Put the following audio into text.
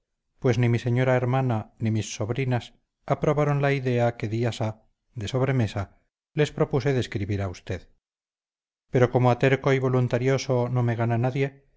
pues ni mi señora hermana ni mis sobrinas aprobaron la idea que días ha de sobremesa les propuse de escribir a usted pero como a terco y voluntarioso no me gana nadie